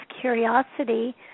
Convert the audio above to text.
curiosity